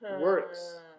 works